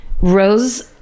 rose